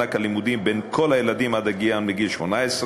מענק הלימודים בין כל הילדים עד הגיעם לגיל 18,